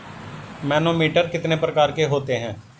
Manometer कितने प्रकार के होते हैं?